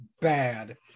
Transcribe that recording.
bad